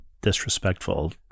disrespectful